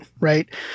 right